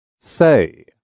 say